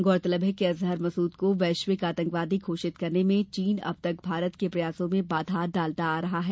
गौरतलब है कि अजहर मसूद को वैश्विक आतंकी घोषित करने में चीन अब तक भारत के प्रयासों में बाधा डालता आ रहा है